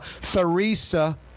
Theresa